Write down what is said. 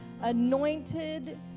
anointed